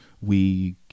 we-